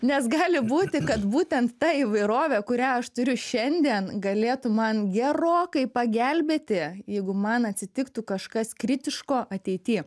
nes gali būti kad būtent ta įvairovė kurią aš turiu šiandien galėtų man gerokai pagelbėti jeigu man atsitiktų kažkas kritiško ateity